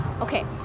Okay